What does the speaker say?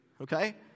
Okay